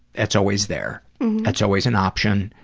it's always there it's always an option.